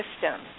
system